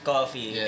Coffee